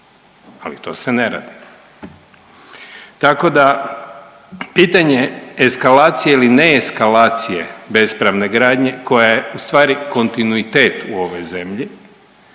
ali to se ne radi. Tako da pitanje eskalacije ili ne eskalacije bespravne gradnje koje je ustvari kontinuitet u ovoj zemlji